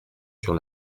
sur